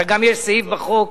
יש גם סעיף בחוק